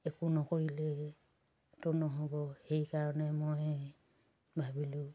একো নকৰিলেতো নহ'ব সেইকাৰণে মই ভাবিলোঁ